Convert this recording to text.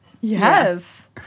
Yes